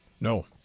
No